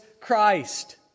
Christ